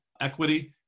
equity